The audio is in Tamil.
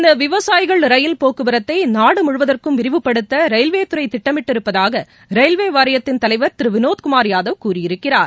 இந்த விவசாயிகள் ரயில் போக்குவரத்தை நாடு முழுவதற்கும் விரிவு படுத்த ரயில்வே துறை திட்டமிட்டு இருப்பதாக ரயில்வே வாரியத்தின் தலைவர் திரு வினோத் குமார் யாதவ் கூறியிருக்கிறார்